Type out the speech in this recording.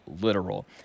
literal